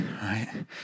right